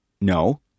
No